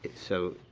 so,